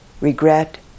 regret